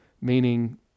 meaning